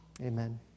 Amen